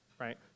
right